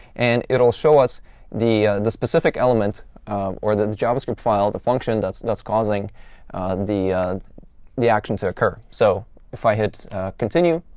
and it'll show us the the specific element or the the javascript file, the function that's and causing the the action to occur. so if i hit continue,